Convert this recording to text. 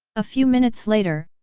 a few minutes later,